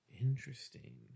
Interesting